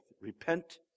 Repent